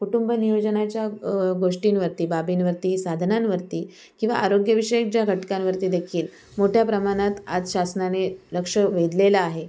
कुटुंबनियोजनाच्या गोष्टींवरती बाबींवरती साधनांवरती किंवा आरोग्यविषयक ज्या घटकांवरती देखील मोठ्या प्रमाणात आज शासनाने लक्ष वेधलेलं आहे